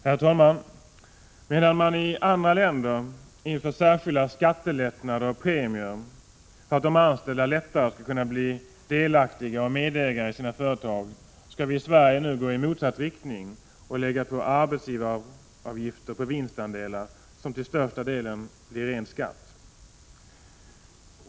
Herr talman! Medan man i andra länder inför särskilda skattelättnader och premier för att de anställda lättare skall kunna bli delaktiga och medägare i sina företag, skall vi i Sverige nu gå i rakt motsatt riktning och på vinstandelar lägga arbetsgivaravgifter som till största delen blir en ren skatt.